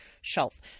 shelf